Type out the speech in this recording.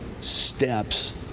steps